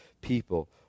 people